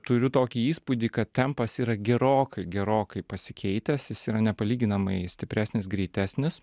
turiu tokį įspūdį kad tempas yra gerokai gerokai pasikeitęs jis yra nepalyginamai stipresnis greitesnis